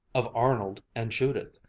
of arnold and judith.